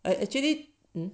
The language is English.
I actually